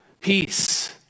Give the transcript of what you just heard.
peace